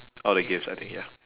all the gifts I think ya